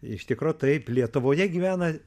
iš tikro taip lietuvoje gyvena